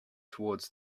towards